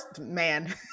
man